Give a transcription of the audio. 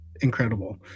incredible